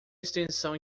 extensão